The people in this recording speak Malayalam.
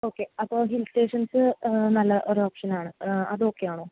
ഓക്കെ അപ്പോൾ ഹിൽ സ്റ്റേഷൻസ് നല്ല ഒരു ഓപ്ഷൻ ആണ് അത് ഓക്കെ ആണോ